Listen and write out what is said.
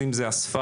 אם זה אספן,